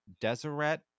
Deseret